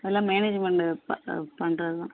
அதெல்லாம் மேனேஜ்மெண்டு பண்ணுற பண்ணுறது தான்